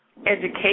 education